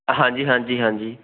ਹਾਂਜੀ ਹਾਂਜੀ ਹਾਂਜੀ